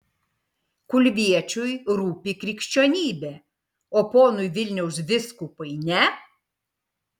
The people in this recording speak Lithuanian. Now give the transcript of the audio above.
kulviečiui rūpi krikščionybė o ponui vilniaus vyskupui ne